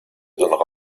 donnera